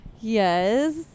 Yes